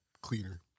Cleaner